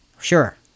Sure